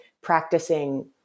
practicing